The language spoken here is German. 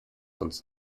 uns